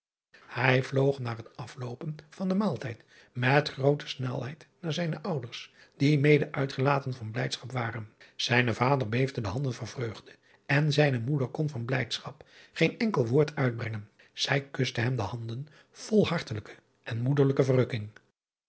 ij vloog na het asloopen van den maaltijd met groote snelheid naar zijne ouders die mede uitgelaten van blijdschap waren ijnen vader beefde de handen van vreugde en zijne moeder kon van blijdschap geen enkel woord uitbrengen ij kuste hem de handen vol hartelijke en moederlijke verrukking